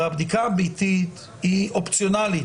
הרי הבדיקה הביתית היא אופציונאלית.